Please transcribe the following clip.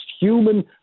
human